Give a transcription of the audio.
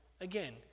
Again